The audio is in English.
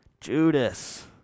Judas